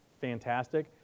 fantastic